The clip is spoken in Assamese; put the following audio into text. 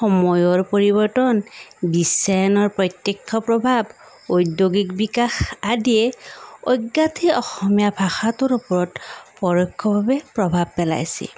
সময়ৰ পৰিবৰ্তন বিশ্বায়নৰ প্ৰত্যক্ষ প্ৰভাৱ ঔদ্যোগিক বিকাশ আদিয়ে অজ্ঞাতে অসমীয়া ভাষাটোৰ ওপৰত পৰোক্ষভাৱে প্ৰভাৱ পেলাইছে